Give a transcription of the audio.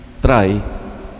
try